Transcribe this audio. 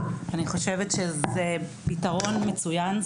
זה פתרון מצוין,